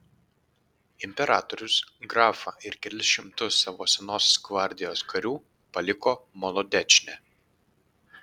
imperatorius grafą ir kelis šimtus savo senosios gvardijos karių paliko molodečne